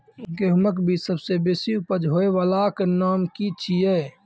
गेहूँमक बीज सबसे बेसी उपज होय वालाक नाम की छियै?